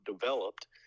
developed